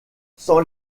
sans